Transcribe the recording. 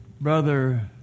Brother